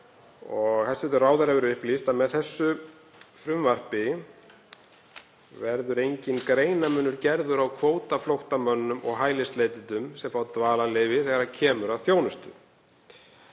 Hæstv. ráðherra hefur upplýst að með þessu frumvarpi verði enginn greinarmunur gerður á kvótaflóttamönnum og hælisleitendum sem fá dvalarleyfi þegar kemur að þjónustu.